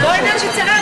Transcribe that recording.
לא עניין של צירף,